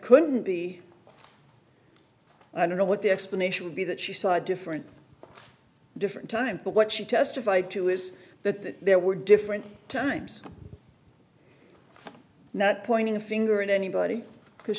couldn't be i don't know what the explanation would be that she saw a different different time but what she testified to is that there were different times not pointing the finger at anybody because